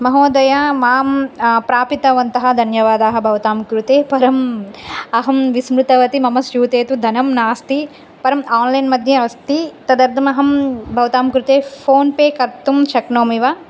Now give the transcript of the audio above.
महोदय मां प्रापितवन्तः धन्यवादाः भवतां कृते परम् अहं विस्मृतवती मम स्यूते तु धनं नास्ति परम् आन्लैन् मद्ये अस्ति तदर्थमहं भवतां कृते फ़ोन् पे कर्तुं शक्नोमि वा